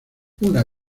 una